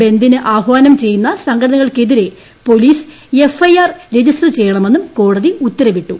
ബന്ദിന് ആഹ്വാനം ചെയ്യുന്ന സംഘടനകൾക്കെതിരെ police F I R register ചെയ്യണമെന്നും കോടതി ഉത്തരവിട്ടു